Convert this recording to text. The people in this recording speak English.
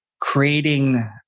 creating